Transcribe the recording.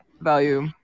value